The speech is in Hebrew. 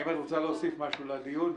האם את רוצה להוסיף משהו לדיון?